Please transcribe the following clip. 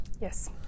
Yes